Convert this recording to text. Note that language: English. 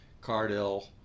Cardell